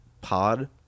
pod